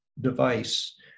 device